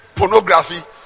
Pornography